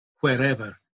wherever